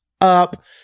up